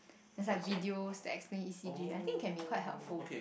there's like videos that explain E_C_G I think can be quite helpful